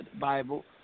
Bible